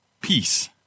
peace